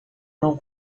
não